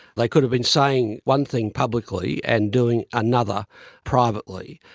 like could have been saying one thing publically and doing another privately.